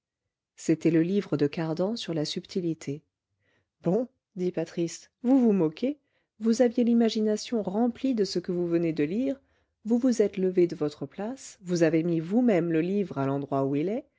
c'était le livre de cardan sur la subtilité bon dit patris vous vous moquez vous aviez l'imagination remplie de ce que vous venez de lire vous vous êtes levé de votre place vous avez mis vous-même le livre à l'endroit où il est